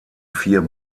vier